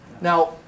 Now